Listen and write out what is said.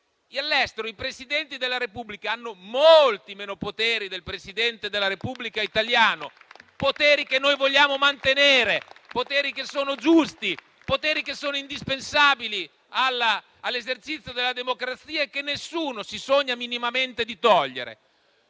Aula, i Presidenti della Repubblica hanno molti meno poteri del Presidente della Repubblica italiano, poteri che noi vogliamo mantenere, poteri che sono giusti, che sono indispensabili all'esercizio della democrazia e che nessuno si sogna minimamente di togliere.